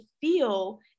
feel